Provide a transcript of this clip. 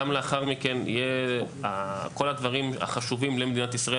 גם לאחר מכן כל הדברים החשובים למדינת ישראל